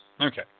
Okay